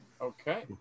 Okay